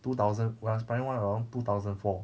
two thousand one primary one around two thousand four